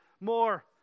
more